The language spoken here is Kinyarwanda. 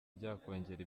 byakongera